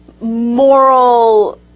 moral